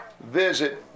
visit